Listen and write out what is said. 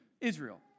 Israel